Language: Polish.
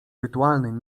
rytualnym